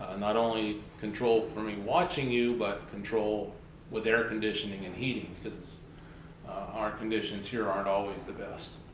ah not only controlled for me watching you, but controlled with air conditioning and heating, because our conditions here aren't always the best.